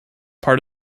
part